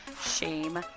shame